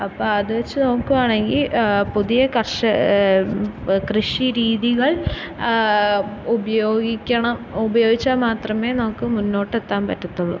അപ്പം അത് വച്ച് നോക്കുവാണെങ്കി പുതിയ കർഷ കൃഷി രീതികൾ ഉപയോഗിക്കണം ഉപയോഗിച്ചാൽ മാത്രമേ നമുക്ക് മുന്നോട്ടെത്താൻ പറ്റത്തുള്ളൂ